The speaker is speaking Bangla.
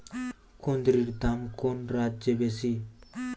কুঁদরীর দাম কোন রাজ্যে বেশি?